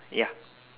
ya